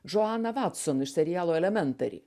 džoaną vatson iš serialo elementari